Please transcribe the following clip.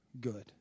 good